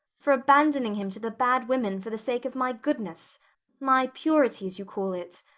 for abandoning him to the bad women for the sake of my goodness my purity, as you call it?